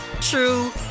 true